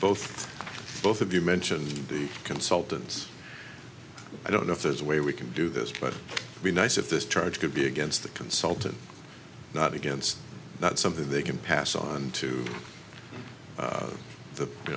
both both of you mentioned the consultants i don't know if there's a way we can do this but be nice if this charge could be against the consultant not against that's something they can pass on to the you